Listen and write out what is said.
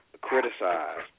criticized